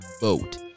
vote